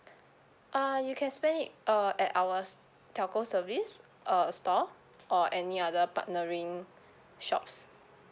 uh you can spend it uh at our s~ telco service uh store or any other partnering shops